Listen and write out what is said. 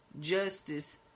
justice